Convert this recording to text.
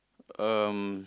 um